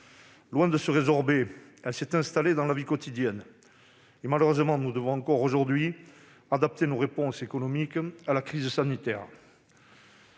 Loin de se résorber, celle-ci s'est installée dans la vie quotidienne et nous devons malheureusement encore aujourd'hui adapter nos réponses économiques à la crise sanitaire.